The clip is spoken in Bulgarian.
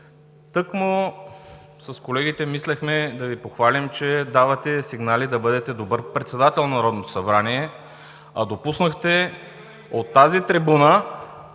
тъкмо с колегите мислехме да Ви похвалим, че давате сигнали да бъдете добър председател на Народното събрание, допуснахте от тази трибуна